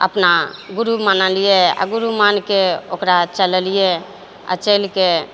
अपना गुरु मानलियै आओर गुरु मानिके ओकरा चललियै आ चलिके